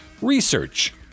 research